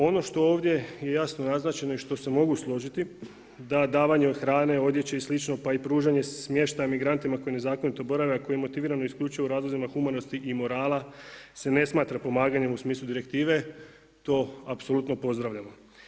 Ono što ovdje je jasno naznačeno i što se mogu složiti da davanje hrane, odječe i slično, pa i pružanje smještaja migrantima koji nezakonito borave a koje je motivirano isključivo razlozima humanosti i morala se ne smatra pomaganjem u smislu direktive to apsolutno pozdravljamo.